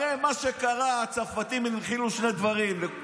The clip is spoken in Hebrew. הרי מה שקרה, הצרפתים הם הנחילו שני דברים: